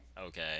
Okay